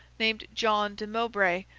named john de mowbray,